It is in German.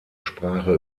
sprache